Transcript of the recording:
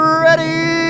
ready